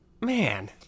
Man